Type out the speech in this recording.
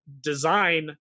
design